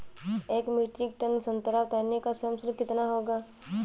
एक metric ton संतरा उतारने का श्रम शुल्क कितना होगा?